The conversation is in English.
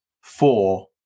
four